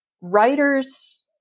writers